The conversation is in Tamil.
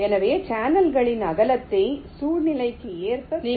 எனவே சேனல்களின் அகலத்தை சூழ்நிலைக்கு ஏற்ப சரிசெய்ய முடியும்